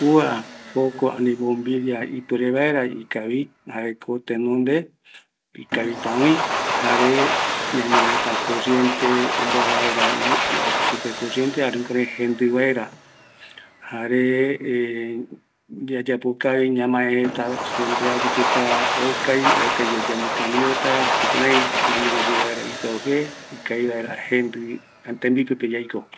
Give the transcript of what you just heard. Kua jokua mbombilla ipuere vaera ikavi, jaeko tenonde ikavita öï, ñañonota supe corriente jare jukurai jendɨ vaera, jare yayapokavita ñañono aguiyeara okai, okai yave yambo cambiota, jukuraï ñañono ye vaera ipɨau jee, ikavi vaera jendɨ tembipepe yaiko